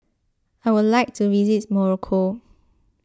I would like to visit Morocco